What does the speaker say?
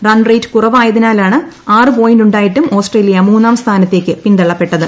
run rate കുറവായതിനാലാണ് പോയിന്റുണ്ടായിട്ടും Australia മൂന്നാം സ്ഥാനത്തേക്ക് പിന്തള്ളപ്പെട്ടത്